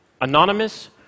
Anonymous